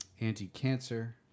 anti-cancer